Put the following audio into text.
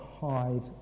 hide